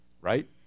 right